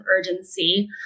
urgency